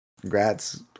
congrats